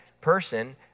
person